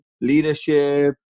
Leadership